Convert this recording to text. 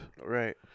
Right